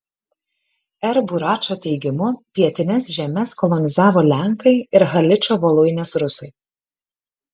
r buračo teigimu pietines žemes kolonizavo lenkai ir haličo voluinės rusai